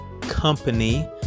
company